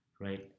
right